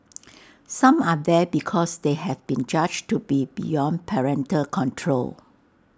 some are there because they have been judged to be beyond parental control